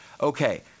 Okay